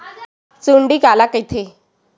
सुंडी काला कइथे?